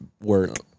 Work